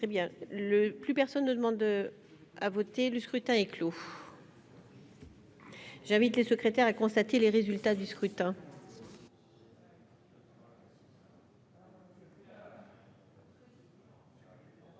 Très bien, le plus personne ne demande à voter, le scrutin est clos. J'invite les secrétaires et constater les résultats du scrutin. Voici